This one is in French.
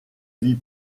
vit